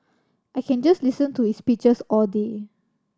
I can just listen to his speeches all day